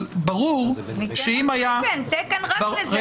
צריך תקן רק לזה.